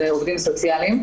אלה עובדים הסוציאליים.